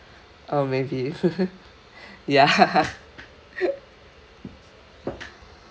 oh maybe ya